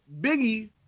Biggie